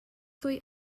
ddwy